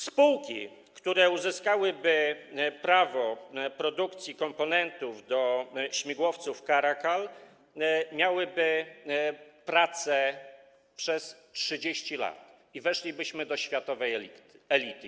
Spółki, które uzyskałyby prawo produkcji komponentów do śmigłowców Caracal, miałyby pracę przez 30 lat i weszlibyśmy do światowej elity.